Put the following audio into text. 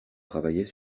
travaillait